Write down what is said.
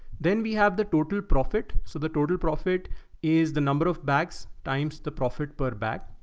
then we have the total profit. so the total profit is the number of bags, times the profit per bag.